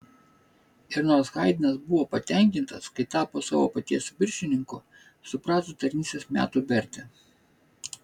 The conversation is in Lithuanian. ir nors haidnas buvo patenkintas kai tapo savo paties viršininku suprato tarnystės metų vertę